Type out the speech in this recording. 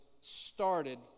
started